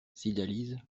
cydalise